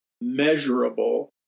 measurable